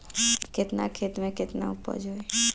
केतना खेत में में केतना उपज होई?